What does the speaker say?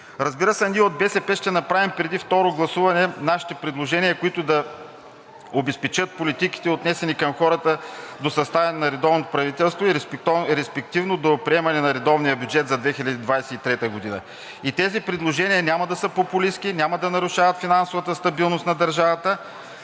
за България“ ще направим преди второ гласуване нашите предложения, които да обезпечат политиките, отнесени към хората до съставяне на редовното правителство и респективно до приемане на редовния бюджет за 2023 г. Тези предложения няма да са популистки и няма да нарушават финансовата стабилност на държавата.